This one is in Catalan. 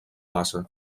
base